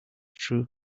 true